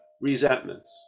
resentments